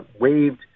waived